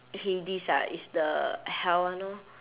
hades ah is the hell one orh